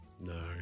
No